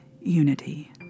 unity